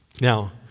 Now